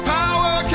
power